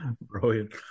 Brilliant